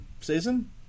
season